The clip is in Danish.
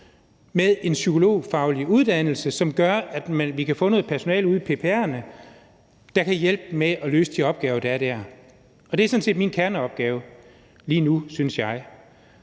kan bygge ovenpå, og som gør, at vi kan få noget personale ude hos PPR'erne, der kan hjælpe med at løse de opgaver, der er der. Og arbejdet med det er sådan set min kerneopgave lige nu, synes jeg.